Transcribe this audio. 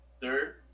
third